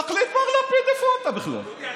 תחליט כבר, לפיד, איפה אתה בכלל?